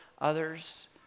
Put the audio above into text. others